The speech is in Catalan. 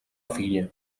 filla